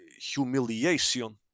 humiliation